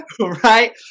Right